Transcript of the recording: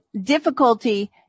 difficulty